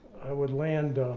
i would land